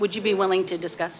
would you be willing to discuss